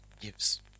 gives